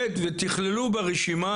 בי"ת ותכללו את זה ברשימה.